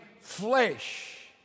flesh